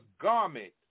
garment